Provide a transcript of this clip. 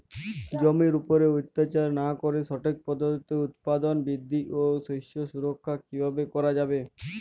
জমির উপর অত্যাচার না করে সঠিক পদ্ধতিতে উৎপাদন বৃদ্ধি ও শস্য সুরক্ষা কীভাবে করা যাবে?